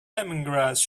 lemongrass